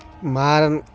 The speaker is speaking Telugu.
మారన్